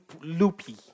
loopy